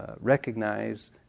recognize